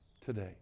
today